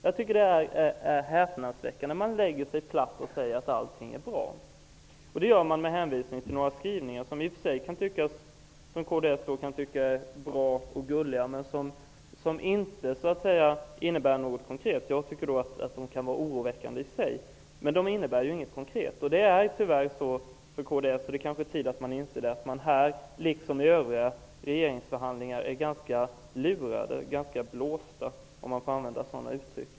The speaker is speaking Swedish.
Jag tycker det är häpnadsväckande. Kds lägger sig platt och säger att allting är bra, och man gör det med hänvisning till några skrivningar som kds i och för sig kan tycka är bra och gulliga men som inte innebär något konkret. Jag tycker att dessa skrivningar kan vara oroväckande i sig, men de innebär inget konkret. Det är tyvärr så -- och det kanske är på tiden att kds inser det -- att man här liksom i övriga regeringsförhandlingar är ganska lurade, ganska blåsta, om jag får använda ett sådant uttryck.